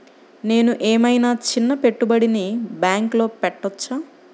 నేను ఏమయినా చిన్న పెట్టుబడిని బ్యాంక్లో పెట్టచ్చా?